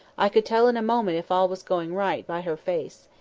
i could tell in a moment if all was going right, by her face.